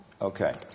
Okay